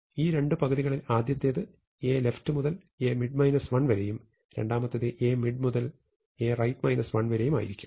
ഈ രണ്ടു പകുതികളിൽ ആദ്യത്തേത് Aleft മുതൽ Amid 1 വരെയും രണ്ടാമത്തേത് Amid മുതൽ Aright 1 വരെയും ആയിരിക്കും